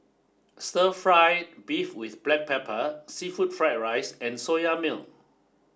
Stir Fry Beef with Black Pepper Seafood Fried Rice and Soya Milk